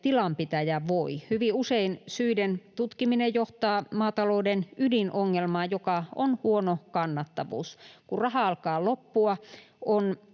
tilanpitäjä voi. Hyvin usein syiden tutkiminen johtaa maatalouden ydinongelmaan, joka on huono kannattavuus. Kun raha alkaa loppua, on